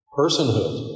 personhood